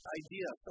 idea